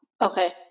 okay